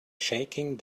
shaking